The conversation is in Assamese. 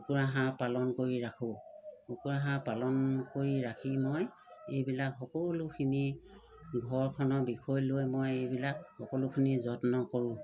কুকুৰা হাঁহ পালন কৰি ৰাখোঁ কুকুৰা হাঁহ পালন কৰি ৰাখি মই এইবিলাক সকলোখিনি ঘৰখনৰ বিষয় লৈ মই এইবিলাক সকলোখিনি যত্ন কৰোঁ